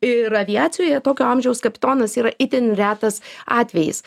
ir aviacijoje tokio amžiaus kapitonas yra itin retas atvejis